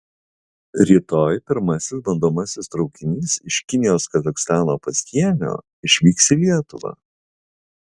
rytoj pirmasis bandomasis traukinys iš kinijos kazachstano pasienio išvyks į lietuvą